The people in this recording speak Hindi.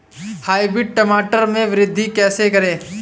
हाइब्रिड टमाटर में वृद्धि कैसे करें?